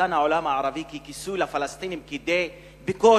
שהעולם הערבי נתן ככיסוי לפלסטינים בקושי,